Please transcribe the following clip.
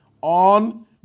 on